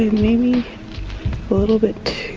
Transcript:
maybe a little bit,